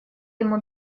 ему